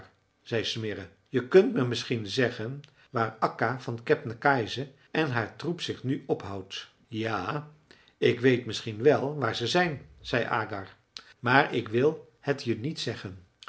zei smirre je kunt me misschien zeggen waar akka van kebnekaise en haar troep zich nu ophoudt ja ik weet misschien wel waar ze zijn zei agar maar ik wil het je niet zeggen